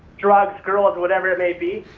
drugs, girls, whatever it may be.